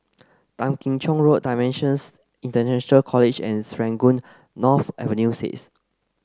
Tan Kim Cheng Road DIMENSIONS International College and Serangoon North Avenue six